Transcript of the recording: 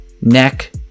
neck